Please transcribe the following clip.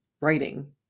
Writing